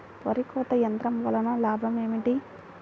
వరి కోత యంత్రం వలన లాభం ఏమిటి?